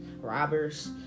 robbers